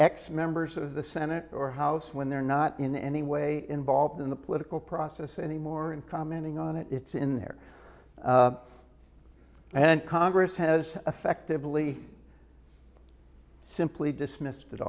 x members of the senate or house when they're not in any way involved in the political process anymore in commenting on it it's in there and congress has effectively simply dismissed it